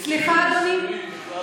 היא התכוונה לנוצרים ומוסלמים,